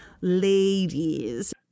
ladies